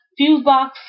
Fusebox